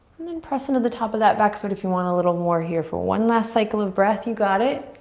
and then press into the top of that back foot if you want a little more here for one last cycle of breath, you got it.